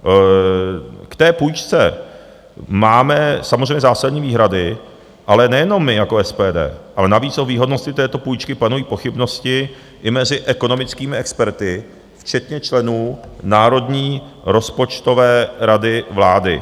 K té půjčce máme samozřejmě zásadní výhrady, ale nejenom my jako SPD, ale navíc o výhodnosti této půjčky panují pochybnosti i mezi ekonomickými experty, včetně členů Národní rozpočtové rady vlády.